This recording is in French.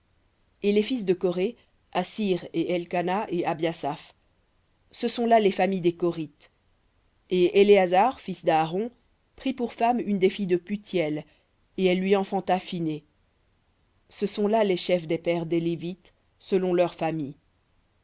et les fils de coré assir et elkana et abiasaph ce sont là les familles des cors et éléazar fils d'aaron prit pour femme une des filles de putiel et elle lui enfanta phinées ce sont là les chefs des pères des lévites selon leurs familles